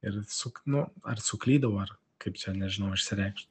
ir suk nu ar suklydau ar kaip čia nežinau išsireikšt